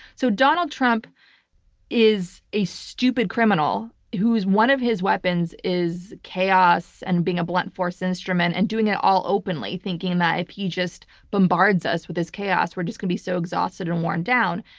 so donald trump is a stupid criminal whose, one of his weapons is chaos and being a blunt force instrument and doing it all openly, thinking that if he just bombards us with his chaos we're just going to be so exhausted and worn down.